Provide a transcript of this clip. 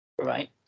Right